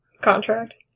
Contract